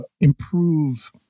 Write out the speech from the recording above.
improve